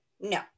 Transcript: no